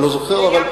דרך אגב, אני לא זוכר.